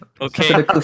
Okay